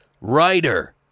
writer